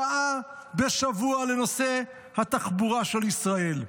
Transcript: שעה בשבוע לנושא התחבורה של ישראל,